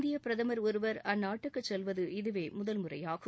இந்திய பிரதமா் ஒருவா் அந்நாட்டுக்கு செல்வது இதுவே முதல் முறையாகும்